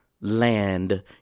land